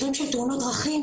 מקרים של תאונות דרכים,